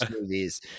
movies